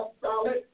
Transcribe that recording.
solid